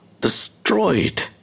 destroyed